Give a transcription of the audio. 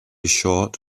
short